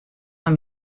fan